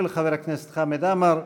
של חבר הכנסת חמד עמאר,